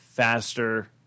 Faster